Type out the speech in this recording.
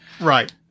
Right